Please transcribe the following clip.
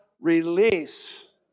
release